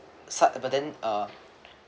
su~ but then uh